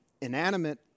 inanimate